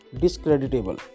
discreditable